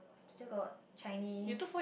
still got Chinese